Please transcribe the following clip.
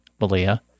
Malia